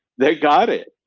they got it,